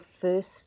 first